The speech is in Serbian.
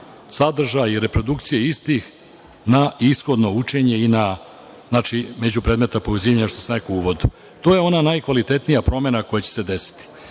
sadržaja i reprodukcije istih na ishodno učenje, znači između predmeta povezivanja, što sam rekao da se uvodi. To je ona najkvalitetnija promena koja će se desiti.